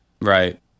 Right